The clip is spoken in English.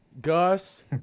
Gus